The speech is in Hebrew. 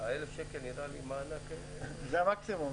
1,000 שקל נראה לי מענק --- זה המקסימום,